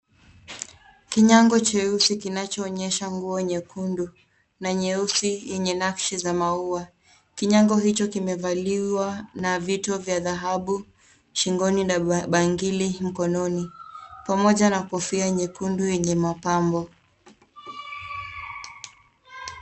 Kinyago cheusi kinachoonyesha nguo nyekundu na nyeusi yenye nakshi za maua. Kinyago hicho kimevaliwa na vito vya dhahabu shingoni na bangili mkononi pamoja na kofia nyekundu yenye mapambo.